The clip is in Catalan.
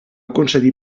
concedir